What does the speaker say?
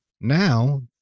now